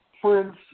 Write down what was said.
Prince